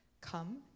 come